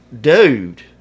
dude